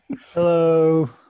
Hello